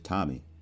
Tommy